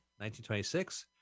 1926